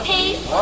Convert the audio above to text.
Peace